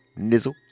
nizzle